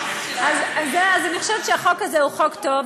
אני חושבת שהחוק הזה הוא חוק טוב.